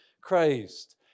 Christ